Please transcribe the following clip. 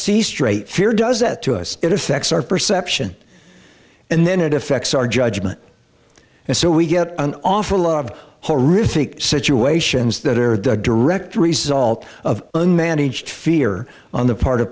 see straight fear does that to us it affects our perception and then it affects our judgment and so we get an awful lot of horrific situations that are the direct result of unmanaged fear on the part of